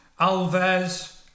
Alves